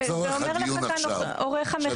ואומר לך כאן עורך המחקר.